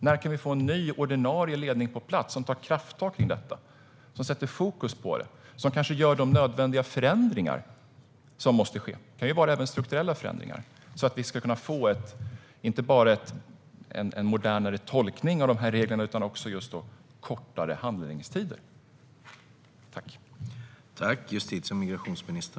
När kan vi få en ny ordinarie ledning på plats, som tar krafttag kring detta, som sätter fokus på det och som kanske gör de nödvändiga förändringar som måste ske? Det kan även vara strukturella förändringar. Det handlar om att vi ska kunna få inte bara en modernare tolkning av reglerna utan också kortare handläggningstider.